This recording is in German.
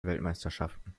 weltmeisterschaften